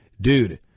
Dude